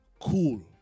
cool